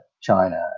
China